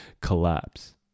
collapse